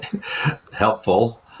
helpful